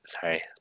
Sorry